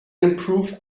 improve